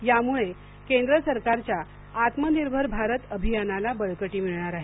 यामुळे केंद्र सरकारच्या आत्म निर्भर भारत अभियानाला बळकटी मिळणार आहे